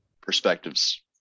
perspectives